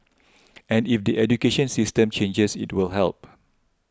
and if the education system changes it will help